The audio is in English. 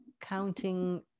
counting